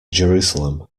jerusalem